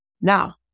Now